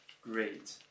great